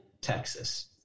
Texas